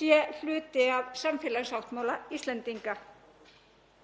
sé hluti af samfélagssáttmála Íslendinga.